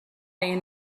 این